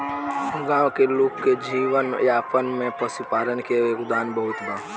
गाँव के लोग के जीवन यापन में पशुपालन के योगदान बहुत बा